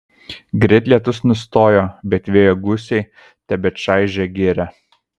greit lietus nustojo bet vėjo gūsiai tebečaižė girią